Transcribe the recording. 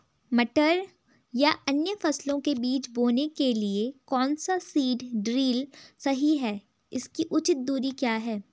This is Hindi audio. मटर या अन्य फसलों के बीज बोने के लिए कौन सा सीड ड्रील सही है इसकी उचित दूरी क्या है?